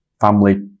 family